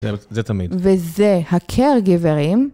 זה תמיד. וזה ה-care giver-ים